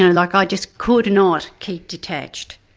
and like i just could not keep detached.